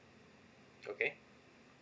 okay